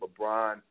LeBron